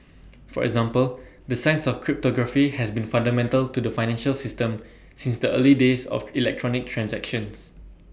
for example the science of cryptography has been fundamental to the financial system since the early days of electronic transactions